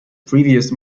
previous